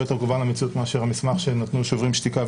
יותר קרובה למציאות מאשר המסמך שקיבלנו ונתנו שוברים שתיקה.